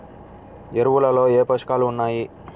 ఎరువులలో ఏ పోషకాలు ఉన్నాయి?